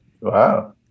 Wow